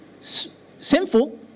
sinful